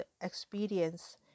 experience